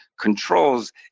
controls